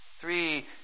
three